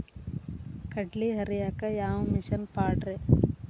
ಕಡ್ಲಿ ಹರಿಯಾಕ ಯಾವ ಮಿಷನ್ ಪಾಡ್ರೇ?